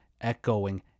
echoing